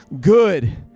good